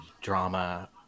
drama